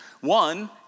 One